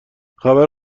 خبر